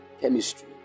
chemistry